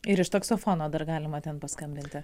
ir iš taksofono dar galima ten paskambinti